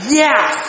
yes